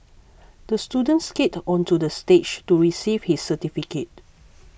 the student skated onto the stage to receive his certificate